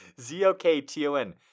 Z-O-K-T-O-N